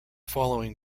following